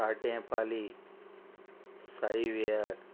काटें पाली साई विहार